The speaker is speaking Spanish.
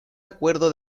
acuerdo